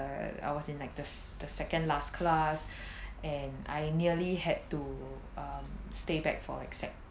err I was in like the s~ the second last class and I nearly had to um stay back for a sec